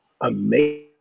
Amazing